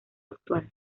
actual